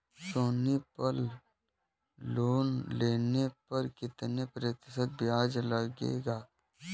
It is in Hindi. सोनी पल लोन लेने पर कितने प्रतिशत ब्याज लगेगा?